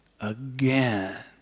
again